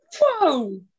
Whoa